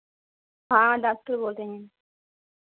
हाँ डॉक्टर बोल रहे हैं